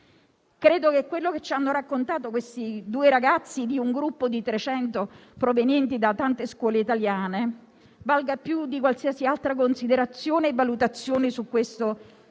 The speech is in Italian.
Credo che quanto ci hanno raccontato questi due ragazzi, di un gruppo di trecento provenienti da tante scuole italiane, valga più di qualsiasi altra considerazione e valutazione su questo disegno